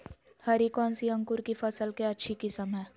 हरी कौन सी अंकुर की फसल के अच्छी किस्म है?